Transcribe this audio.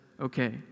okay